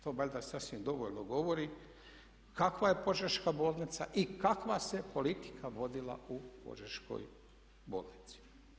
To valjda sasvim dovoljno govori kakva je Požeška bolnica i kakva se politika vodila u Požeškoj bolnici.